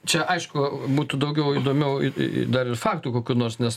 čia aišku būtų daugiau įdomiau dar ir faktų kokių nors nes